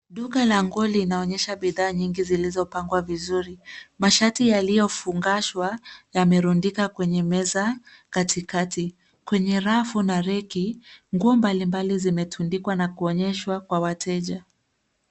Duka la nguo linaonyesa bidhaa nyingi zilizopangwa vizuri. Mashati yaliyofungashwa yamerundika kwenye meza katikati. Kwenye rafu na reki nguo mbalimbali zimetundikwa na kuonyeshwa kwa wateja.